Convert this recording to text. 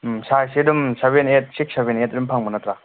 ꯎꯝ ꯁꯥꯏꯖꯁꯦ ꯑꯗꯨꯝ seven eight six seven eight ꯑꯗꯨꯝ ꯐꯪꯕ ꯅꯠꯇ꯭ꯔ